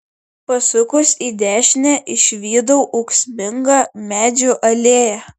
pasukus į dešinę išvydau ūksmingą medžių alėją